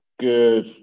Good